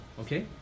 okay